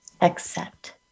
accept